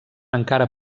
encara